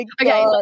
okay